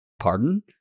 pardon